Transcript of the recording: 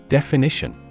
Definition